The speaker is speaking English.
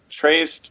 traced